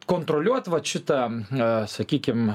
kontroliuot vat šitą sakykim